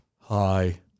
Hi